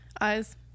eyes